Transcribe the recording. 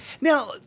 Now